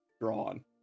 drawn